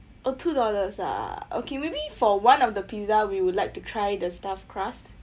oh two dollars ah okay maybe for one of the pizza we would like to try the stuffed crust